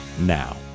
now